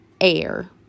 air